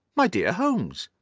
my dear holmes!